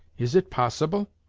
is it possible?